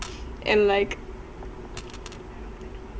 and like